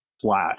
flat